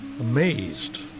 Amazed